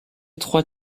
trois